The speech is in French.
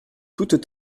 toutes